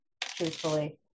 truthfully